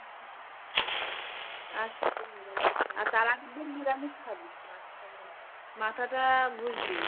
আর আর তার আগেরদিন নিরামিষ খাবি মাথাটা ঘসবি